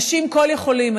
אנשים כל-יכולים.